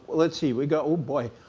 let's see we go oh boy